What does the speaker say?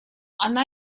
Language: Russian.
она